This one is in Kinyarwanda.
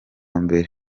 mbere